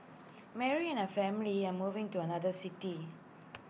Mary and her family are moving to another city